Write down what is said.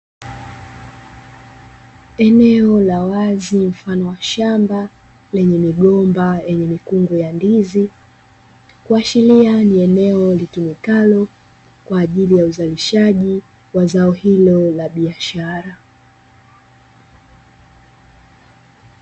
Eneo la wazi mfano wa shamba lenye migomba yenye mikungu ya ndizi, kuashiria ni eneo litumikalo kwa zao hilo la biashara.